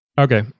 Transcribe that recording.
Okay